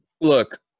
Look